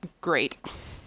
great